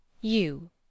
You